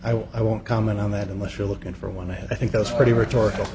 will i won't comment on that unless you're looking for one i think that's pretty rhetorical